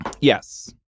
Yes